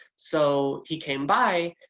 so he came by,